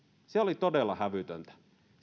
se oli todella hävytöntä